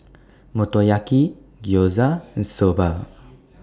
Motoyaki Gyoza and Soba